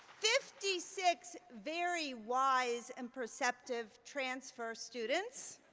fifty six very wise and perceptive transfer students.